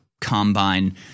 combine